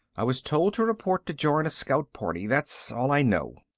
i was told to report to join a scout party. that's all i know.